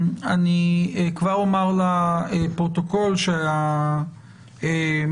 אני כבר אומר לפרוטוקול שהמערכת